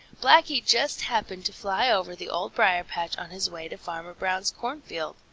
blacky just happened to fly over the old briar-patch on his way to farmer brown's cornfield.